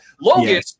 Logan